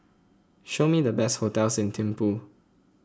show me the best hotels in Thimphu